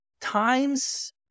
times